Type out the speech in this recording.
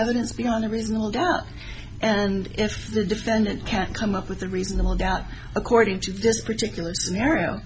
evidence beyond a reasonable doubt and if the defendant can't come up with a reasonable doubt according to this particular